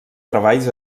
treballs